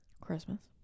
Christmas